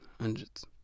hundreds